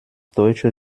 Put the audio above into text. deutsche